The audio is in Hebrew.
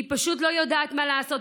היא פשוט לא יודעת מה לעשות.